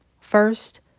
First